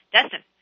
Destin